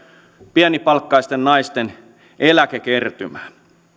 pienipalkkaisten naisten eläkekertymää